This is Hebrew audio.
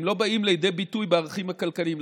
הם לא באים לידי ביטוי בערכים הכלכליים.